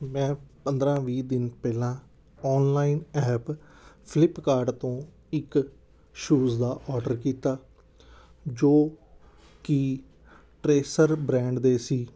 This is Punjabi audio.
ਮੈਂ ਪੰਦਰਾਂ ਵੀਹ ਦਿਨ ਪਹਿਲਾਂ ਔਨਲਾਈਨ ਐਪ ਫਲਿਪਕਾਰਡ ਤੋਂ ਇੱਕ ਸ਼ੂਜ਼ ਦਾ ਓਰਡਰ ਕੀਤਾ ਜੋ ਕਿ ਟਰੇਸਰ ਬ੍ਰੈਂਡ ਦੇ ਸੀ